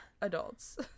adults